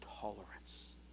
tolerance